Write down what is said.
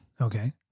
Okay